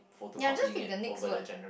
ya just pick the next word